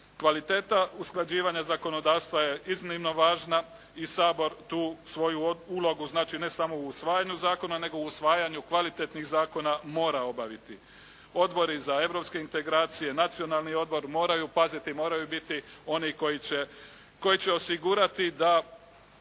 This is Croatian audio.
Kvaliteta usklađivanja zakonodavstva je iznimno važna i Sabor tu svoju ulogu znači ne samo u usvajanju zakona nego u usvajanju kvalitetnih zakona mora obaviti. Odbori za europske integracije, nacionalni odbor moraju paziti, moraju biti oni koji će osigurati da